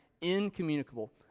incommunicable